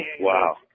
Wow